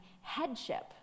headship